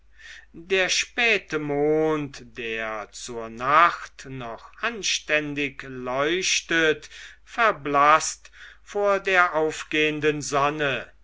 der späte mond der zur nacht noch anständig leuchtet verblaßt vor der aufgehenden sonne